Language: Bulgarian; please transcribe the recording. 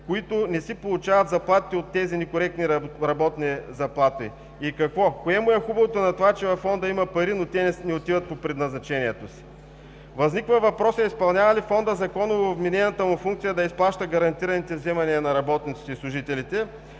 които не си получават заплатите от тези некоректни работодатели. И какво? Кое му е хубавото на това, че във Фонда има пари, но те не отиват по предназначението си. Възниква въпросът: изпълнява ли Фондът законово вменената му функция да изплаща гарантираните вземания на работниците и служителите